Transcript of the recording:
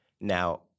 Now